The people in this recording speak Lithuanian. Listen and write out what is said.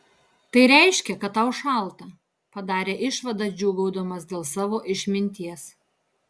tai reiškia kad tau šalta padarė išvadą džiūgaudamas dėl savo išminties